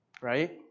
Right